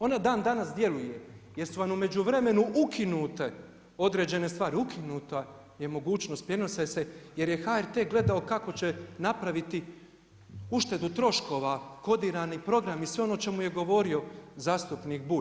Ona dan danas djeluje jer su vam u međuvremenu ukinute određene stvari, ukinuta je mogućnost prijenosa i sve jer je HRT gledao kako će napraviti uštedu troškova, kodirani programi i sve ono o čemu je govorio zastupnik Bulj.